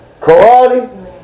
karate